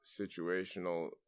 situational